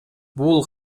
бул